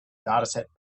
dataset